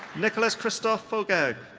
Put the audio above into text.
nicolas christophe fauvergue.